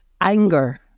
Anger